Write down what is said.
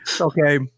okay